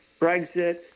Brexit